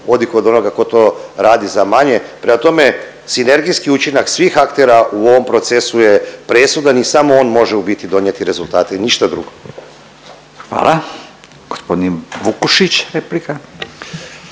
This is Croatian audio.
odi kod onoga ko to radi za manje. Prema tome sinergijski učinak svih aktera u ovom procesu je presudan i samo on može u biti donijeti rezultate i ništa drugo. **Radin, Furio